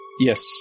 Yes